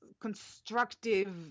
constructive